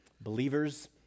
Believers